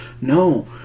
no